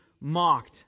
mocked